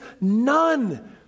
none